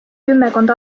kümmekond